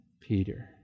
Peter